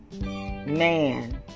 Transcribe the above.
Man